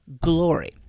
glory